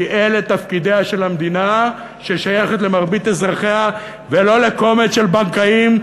כי אלה תפקידיה של המדינה ששייכת למרבית אזרחיה ולא לקומץ של בנקאים,